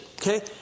Okay